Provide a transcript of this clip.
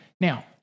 Now